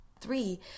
three